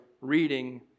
reading